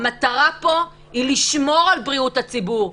המטרה פה היא לשמור על בריאות הציבור,